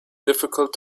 difficult